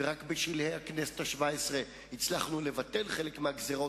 ורק בשלהי הכנסת השבע-עשרה הצלחנו לבטל חלק מהגזירות,